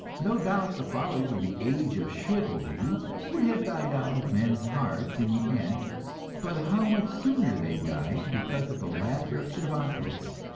no doubt the follies of the age of chivalry would have died out of men's hearts in the end but how much sooner they died because of the laughter of cervantes!